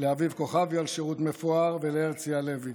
לאביב כוכבי על שירות מפואר ולהרצי הלוי.